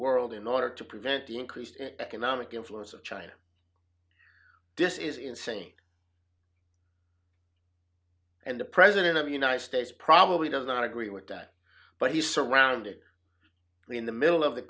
world in order to prevent the increased economic influence of china this is insane and the president of the united states probably does not agree with that but he's surrounded in the middle of the